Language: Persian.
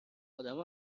آدما